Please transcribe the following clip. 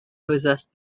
possessed